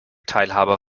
teilhaber